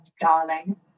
darling